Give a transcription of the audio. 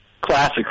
classic